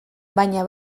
baina